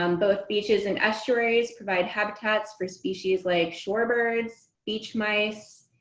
um both beaches and estuaries provide habitats for species like shorebirds, beach mice,